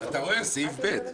אתה רואה, סעיף ב'.